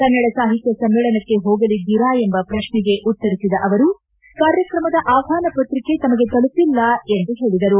ಕನ್ನಡ ಸಾಹಿತ್ಯ ಸಮ್ಮೇಳನಕ್ಕೆ ಹೋಗಲಿದ್ದೀರಾ ಎಂಬ ಪ್ರಕ್ನೆಗೆ ಉತ್ತರಿಸಿದ ಅವರು ಕಾರ್ಯಕ್ರಮದ ಆಹ್ವಾನ ಪತ್ರಿಕೆ ತಮಗೆ ತಲುಪಿಲ್ಲ ಎಂದು ಹೇಳಿದರು